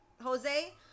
jose